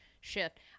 shift